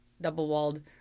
double-walled